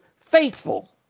faithful